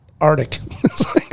arctic